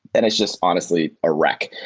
and it's just honestly a wreck,